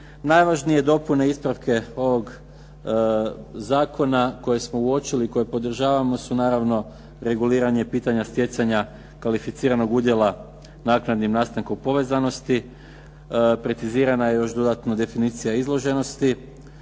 Najvažnije ispravke i dopune ovog Zakona, koje smo uočili, koje podržavamo jesu naravno reguliranje pitanja stjecanja kvalificiranih udjela naknadnim nastankom povezanosti. Precizirana je još dodatno definicija izloženosti,